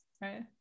right